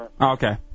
okay